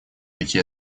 уйти